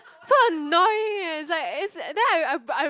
so annoying eh is like is like as then I I I but I